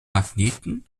magneten